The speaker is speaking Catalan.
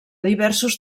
diversos